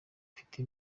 afite